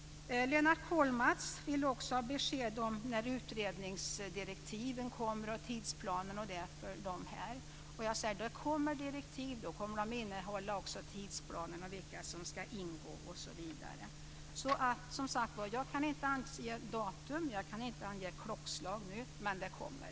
Lennart Kollmats vill ha besked om när utredningsdirektiven kommer och vilken tidsplan som gäller. Jag säger att det kommer direktiv. De kommer också att innehålla en tidsplan och uppgift om vilka som ska ingå osv. Som sagt var: Jag kan inte ange datum eller klockslag nu, men det kommer.